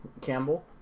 Campbell